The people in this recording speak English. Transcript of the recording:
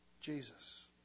Jesus